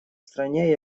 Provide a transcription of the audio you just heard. стране